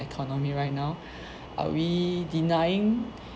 economy right now are we denying